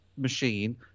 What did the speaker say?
Machine